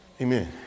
Amen